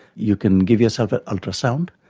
you can give yourself an ultrasound,